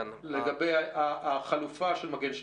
לגבי החלופה מגן 2?